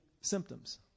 symptoms